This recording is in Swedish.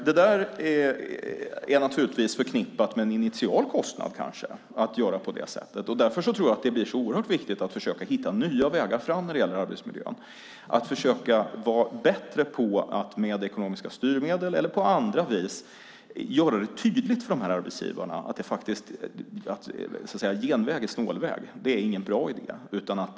Det är kanske förknippat med en initial kostnad att göra på det sättet. Därför tror jag att det blir så oerhört viktigt att försöka hitta nya vägar fram när det gäller arbetsmiljön. Man ska försöka bli bättre på att med ekonomiska styrmedel eller på andra vis göra det tydligt för arbetsgivarna att genväg är snålväg och att det inte är någon bra idé.